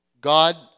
God